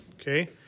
Okay